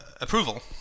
approval